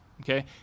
Okay